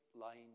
line